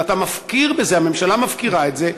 ואתה מפקיר את זה, הממשלה מפקירה את זה.